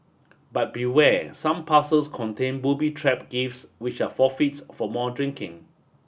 but beware some parcels contain booby trap gifts which are forfeits for more drinking